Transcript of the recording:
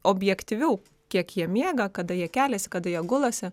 objektyviau kiek jie miega kada jie keliasi kada jie gulasi